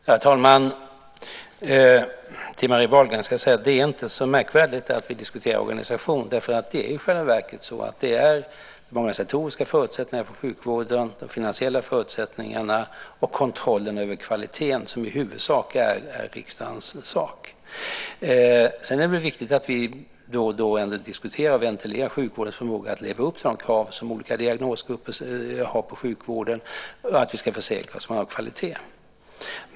Fru talman! Till Marie Wahlgren ska jag säga att det inte är så märkvärdigt att vi diskuterar organisation. Det är i själva verket så att det är de organisatoriska förutsättningarna för sjukvården, de finansiella förutsättningarna och kontrollen över kvaliteten som i huvudsak är riksdagens sak. Det är viktigt att vi då och då ventilerar och diskuterar sjukvårdens förmåga att leva upp till de krav som olika diagnosgrupper har på sjukvården och att vi ska försäkra oss om att ha en kvalitet.